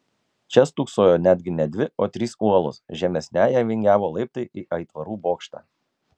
čia stūksojo netgi ne dvi o trys uolos žemesniąja vingiavo laiptai į aitvarų bokštą